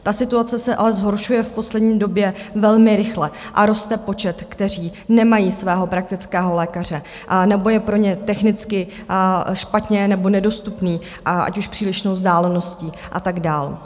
Ta situace se ale zhoršuje v poslední době velmi rychle a roste počet , kteří nemají svého praktického lékaře, anebo je pro ně technicky špatně nebo nedostupný, ať už přílišnou vzdáleností, a tak dál.